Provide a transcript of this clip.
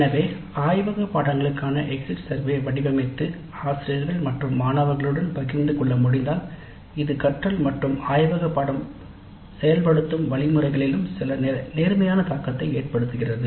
எனவே ஆய்வக பாட நெறிகளுக்கான எக்ஸிட் சர்வே வடிவமைத்து ஆசிரியர்கள் மற்றும் மாணவர்களுடன் பகிர்ந்து கொள்ள முடிந்தால் இது கற்றல் மற்றும் ஆய்வக பாடநெறி செயல்படுத்தும் வழிமுறைகளிலும் சில நேர்மறையான தாக்கத்தை ஏற்படுத்துகிறது